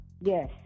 Yes